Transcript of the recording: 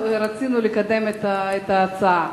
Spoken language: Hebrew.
רצינו לקדם את ההצעה.